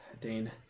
Dane